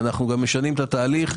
אנחנו גם משנים את התהליך.